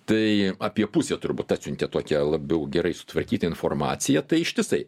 tai apie pusė turbūt atsiuntė tokią labiau gerai sutvarkytą informaciją tai ištisai